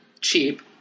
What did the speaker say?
cheap